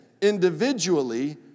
individually